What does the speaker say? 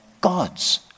God's